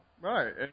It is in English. Right